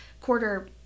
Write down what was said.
quarter